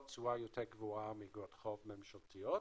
תשואה יותר גבוהה מאגרות חוב ממשלתיות,